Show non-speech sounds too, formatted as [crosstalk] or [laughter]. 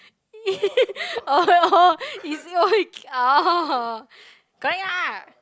[laughs] oh oh is it !oi! orh correct lah